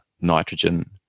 nitrogen